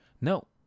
no